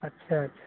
अच्छा अच्छा